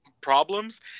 problems